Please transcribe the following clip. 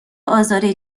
آزار